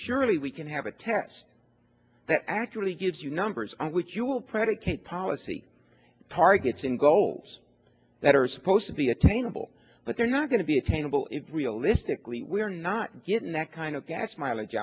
surely we can have a test that actually gives you numbers i would you will predicate policy targets in goals that are supposed to be attainable but they're not going to be attainable it realistically we're not getting that kind of gas mileage